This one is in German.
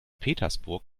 petersburg